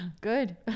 good